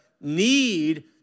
need